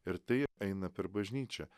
ir tai eina per bažnyčią